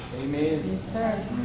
Amen